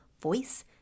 voice